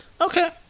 Okay